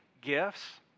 gifts